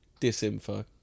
Disinfo